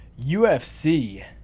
UFC